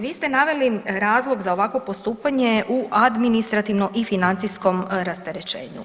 Vi ste naveli razlog za ovakvo postupanje u administrativno i financijskom rasterećenju.